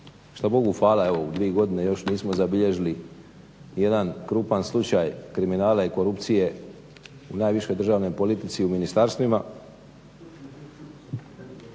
što Bogu hvala evo dvije godine još nismo zabilježili jedan krupan slučaj kriminala i korupcije u najvišoj državnoj politici u ministarstvima.